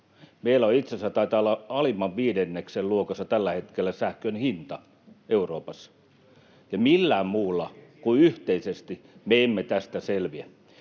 Meillä itse asiassa taitaa olla alimman viidenneksen luokassa tällä hetkellä sähkön hinta Euroopassa, ja mitenkään muuten kuin yhteisesti me emme tästä selviä.